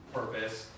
purpose